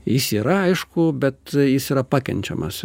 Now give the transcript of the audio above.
jis yra aišku bet jis yra pakenčiamas